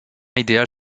idéal